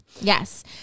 Yes